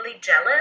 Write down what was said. jealous